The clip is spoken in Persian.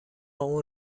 اون